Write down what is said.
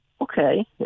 Okay